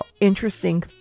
interesting